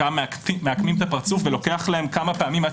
חלקם מעקמים את הפרצוף ולוקח להם כמה פעמים עד